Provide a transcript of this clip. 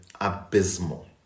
abysmal